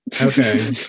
Okay